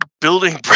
building